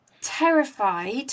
terrified